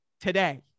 today